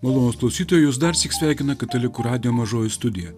malonūs klausytojai jus dar syk sveikina katalikų radijo mažoji studija